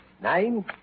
Nine